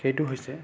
সেইটো হৈছে